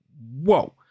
whoa